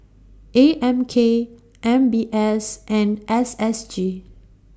A M K M B S and S S G